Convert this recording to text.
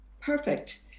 perfect